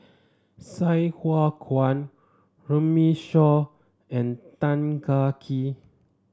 Sai Hua Kuan Runme Shaw and Tan Kah Kee